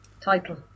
title